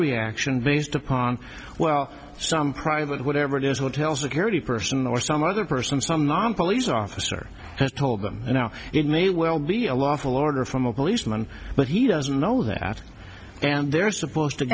reaction based upon well some private whatever it is hotel security person or some other person some man police officer has told them you know it may well be a lawful order from a policeman but he doesn't know that and they're supposed to